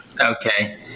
Okay